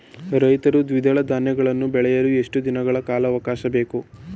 ರೈತರು ದ್ವಿದಳ ಧಾನ್ಯಗಳನ್ನು ಬೆಳೆಯಲು ಎಷ್ಟು ದಿನಗಳ ಕಾಲಾವಾಕಾಶ ಬೇಕು?